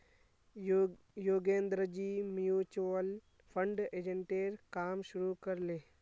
योगेंद्रजी mutual fund एजेंटेर काम शुरू कर ले